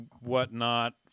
whatnot